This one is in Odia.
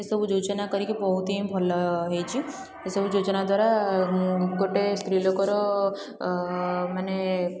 ଏସବୁ ଯୋଜନା କରିକି ବହୁତ ହିଁ ଭଲ ହେଇଛି ଏ ସବୁ ଯୋଜନା ଦ୍ୱାରା ଉଁ ଗୋଟେ ସ୍ତ୍ରୀ ଲୋକର ମାନେ